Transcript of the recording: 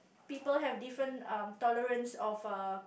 people have different um tolerance of err